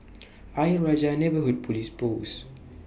Ayer Rajah Neighbourhood Police Post